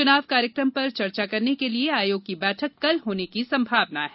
चुनाव कार्यक्रम पर चर्चा करने के लिए आयोग की बैठक कल होने की संभावना है